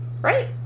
Right